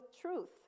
truth